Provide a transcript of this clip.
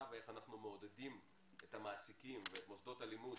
ואיך אנחנו מעודדים את המעסיקים ואת מוסדות הלימוד